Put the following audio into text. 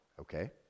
okay